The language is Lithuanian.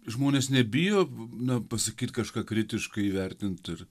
žmonės nebijo na pasakyt kažką kritiškai įvertint ir